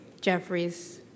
Jeffries